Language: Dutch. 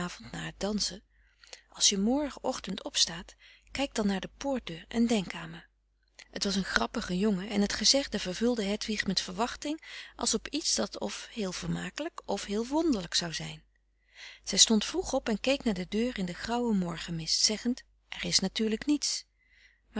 het dansen als je morgen ochtend opstaat kijk dan naar de poortdeur en denk aan me het was een grappige jongen en het gezegde vervulde hedwig met verwachting als op iets dat of heel vermakelijk of heel wonderlijk zou zijn zij stond vroeg op en keek naar de deur in den grauwen morgenmist zeggend er is natuurlijk niets